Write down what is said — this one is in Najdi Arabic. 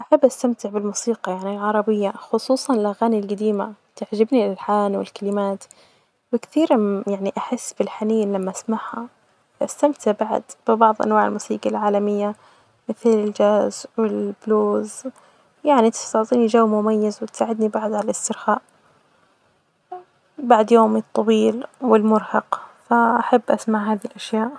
أحب أستمتع بالموسيقي يعني العربية، خصوصا الأغاني الجديمة، تعجبني الألحان والكلمات وكثيرا أحس بالحنين لما أسمعها. أستمتع بعد ببعض أنواع الموسيجي العالمية مثل الجاز والبلوز، يعني تعطيني جو مميز وتساعدني بعد علي الإسترخاء بعد اليوم الطويل والمرهق، فأحب أسمع هذه الأشياء.